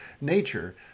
nature